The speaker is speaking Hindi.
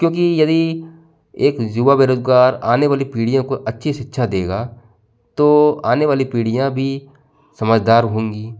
क्योंकि यदि एक युवा बेरोजगार आने वाली पीढ़ियों को अच्छी शिक्षा देगा तो आने वाली पीढ़ियां भी समझदार होगी